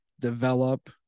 develop